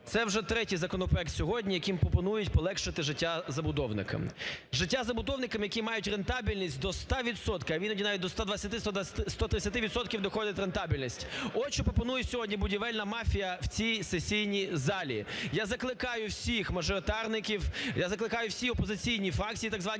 Це вже третій законопроект сьогодні, яким пропонують полегшити життя забудовникам, життя забудовникам, які мають рентабельність до 100 відсотків, а іноді навіть до 120-130 відсотків доходів від рентабельності. От, що пропонує сьогодні будівельна мафія в цій сесійній залі. Я закликаю всіх мажоритарників, я закликаю всі опозиційні фракції так звані